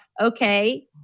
okay